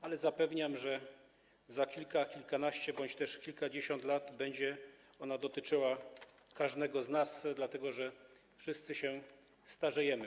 Ale zapewniam, że za kilka, kilkanaście bądź kilkadziesiąt lat będzie to dotyczyło każdego z nas, dlatego że wszyscy się starzejemy.